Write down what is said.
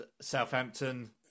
Southampton